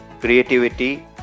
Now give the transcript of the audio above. creativity